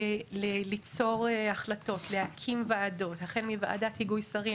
ליצור החלטות, להקים ועדות החל מוועדת היגוי שרים.